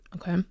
Okay